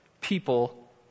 people